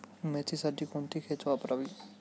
मेथीसाठी कोणती खते वापरावी?